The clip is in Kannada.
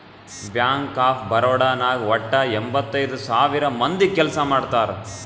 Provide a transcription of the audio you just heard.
ಬ್ಯಾಂಕ್ ಆಫ್ ಬರೋಡಾ ನಾಗ್ ವಟ್ಟ ಎಂಭತ್ತೈದ್ ಸಾವಿರ ಮಂದಿ ಕೆಲ್ಸಾ ಮಾಡ್ತಾರ್